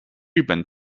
日本